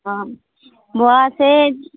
অঁ বোৱা চেট